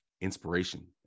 inspiration